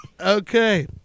Okay